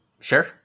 Sure